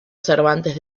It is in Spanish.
cervantes